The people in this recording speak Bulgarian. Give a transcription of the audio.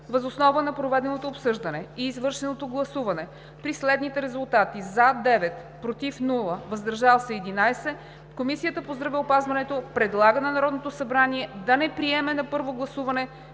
Въз основа на проведеното обсъждане и извършеното гласуване при следните резултати: 9 гласа „за“, без „против“ и 11 гласа „въздържал се“, Комисията по здравеопазването предлага на Народното събрание да не приеме на първо гласуване